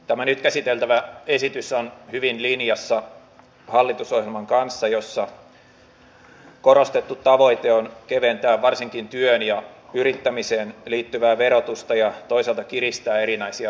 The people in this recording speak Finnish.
tämä nyt käsiteltävä esitys on hyvin linjassa hallitusohjelman kanssa jossa korostettu tavoite on keventää varsinkin työhön ja yrittämiseen liittyvää verotusta ja toisaalta kiristää erinäisiä haittaveroja